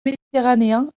méditerranéen